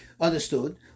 understood